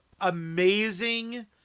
amazing